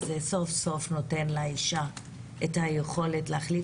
שזה סוף סוף נותן לאישה יכולת להחליט.